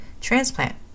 Transplant